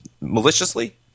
maliciously